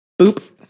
boop